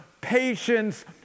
patience